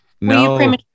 No